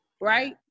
Right